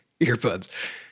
earbuds